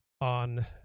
on